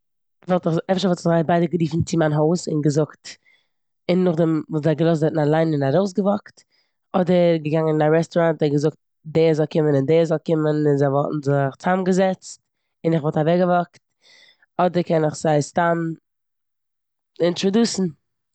אפשר וואלט איך זיי ביידע גערופן צי מיין הויז און געזאגט- און נאכדעם וואלט איך זיי געלאזט דארטן אליין און ארויסגעוואקט אדער געגאנגען אין א רעסטוראונט און געזאגט די זאל קומען און די זאל קומען און זיי וואלטן זיך צאמגעזעצט און כ'וואלט אוועקגעוואקט, אדער קען איך זיי סתם אינטראדוסן.